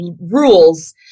rules